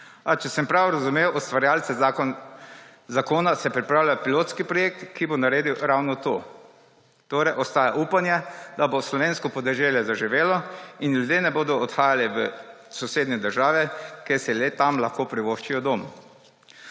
če sem prav razumel ustvarjalce zakona, se pripravlja pilotski projekt, ki bo naredil ravno to. Torej ostaja upanje, da bo slovensko podeželje zaživeli in ljudje ne bodo odhajali v sosednje države, ker si le tam lahko privoščijo dom.